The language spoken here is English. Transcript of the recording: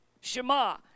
Shema